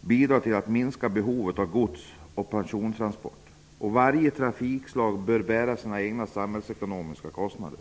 bidra till ett minskat behov av gods och persontransporter. Varje trafikslag bör bära sina egna samhällsekonomiska kostnader. 2.